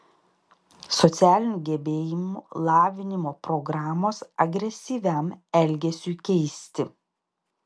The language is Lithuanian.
socialinių gebėjimų lavinimo programos agresyviam elgesiui keisti